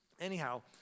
anyhow